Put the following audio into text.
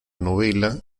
novela